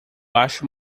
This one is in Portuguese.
acho